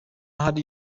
hari